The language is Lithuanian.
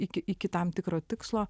iki iki tam tikro tikslo